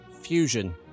fusion